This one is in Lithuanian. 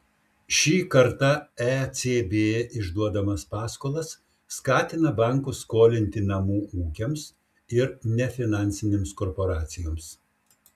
šį kartą ecb išduodamas paskolas skatina bankus skolinti namų ūkiams ir nefinansinėms korporacijoms